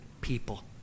people